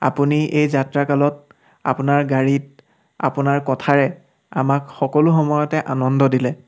আপুনি এই যাত্ৰাকালত আপোনাৰ গাড়ীত আপোনাৰ কথাৰে আমাক সকলো সময়তে আনন্দ দিলে